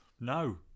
no